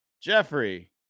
Jeffrey